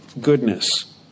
goodness